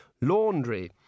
Laundry